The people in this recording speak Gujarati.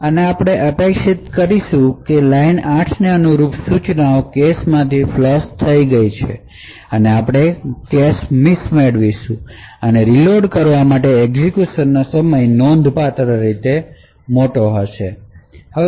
અને આપણે અપેક્ષા કરીશું કે લાઇન 8 ને અનુરૂપ સૂચનો કેશમાંથી ફ્લશ થઈ ગયા છે આપણે કેશ મિસ મેળવીશું અને રીલોડ કરવા માટે એક્ઝેક્યુશનનો સમય નોંધપાત્ર રીતે મોટો હશે